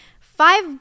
five